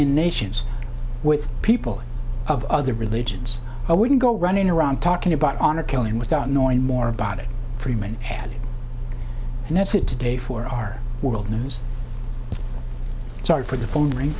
in nations with people of other religions i wouldn't go running around talking about honor killing without knowing more about it freeman had and that's it today for our world news sorry for the phone rang